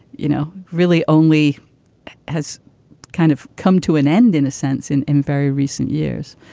you know, really only has kind of come to an end, in a sense, in in very recent years.